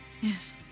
yes